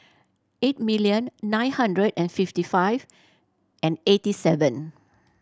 eight million nine hundred and fifty five and eighty seven